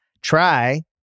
Try